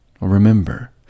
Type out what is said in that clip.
Remember